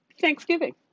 Thanksgiving